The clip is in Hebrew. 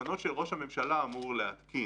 שראש הממשלה אמור להתקין.